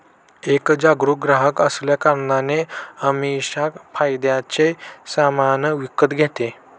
एक जागरूक ग्राहक असल्या कारणाने अमीषा फायद्याने सामान विकत घेते